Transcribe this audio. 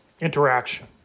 interaction